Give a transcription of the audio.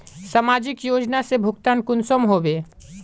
समाजिक योजना से भुगतान कुंसम होबे?